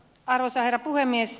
arvoisa herra puhemies